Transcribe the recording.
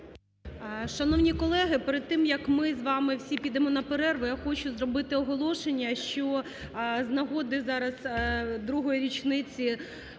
Шановні колеги, перед тим як ми з вами всі підемо на перерву, я хочу зробити оголошення, що з нагоди зараз другої річниці